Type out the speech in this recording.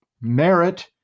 merit